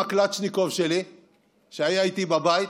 עם הקלצ'ניקוב שלי שהיה איתי בבית.